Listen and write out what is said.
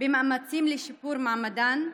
במאמצים לשיפור מעמדן.